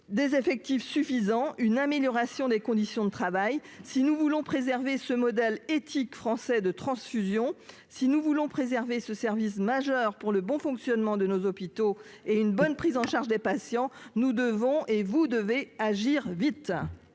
des effectifs suffisants, une amélioration des conditions de travail, si nous voulons préserver ce modèle éthique français de transfusion si nous voulons préserver ce service majeur pour le bon fonctionnement de nos hôpitaux et une bonne prise en charge des patients, nous devons et vous devez agir vite.